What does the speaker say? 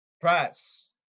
Press